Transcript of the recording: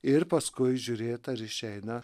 ir paskui žiūrėt ar išeina